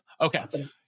okay